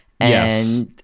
Yes